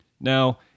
Now